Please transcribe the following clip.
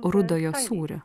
rudojo sūrio